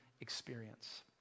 experience